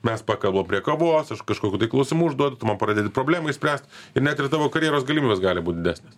mes pakalbam prie kavos aš kažkokių tai klausimų užduodu tu man pradedi problemą išspręst ir net ir tavo karjeros galimybės gali būt didesnės